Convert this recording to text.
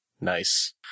Nice